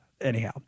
Anyhow